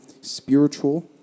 spiritual